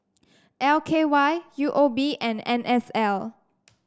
L K Y U O B and N S L